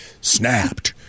Snapped